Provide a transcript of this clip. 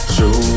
Show